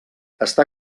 està